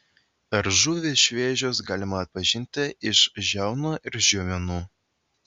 ar žuvys šviežios galima atpažinti iš žiaunų ir žiomenų